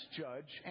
judge